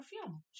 perfume